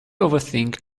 overthink